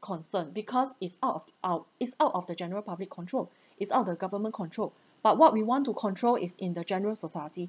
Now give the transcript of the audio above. concern because it's out of out it's out of the general public control it's out of the government control but what we want to control is in the general society